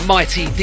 mighty